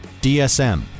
DSM